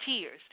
tears